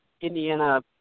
Indiana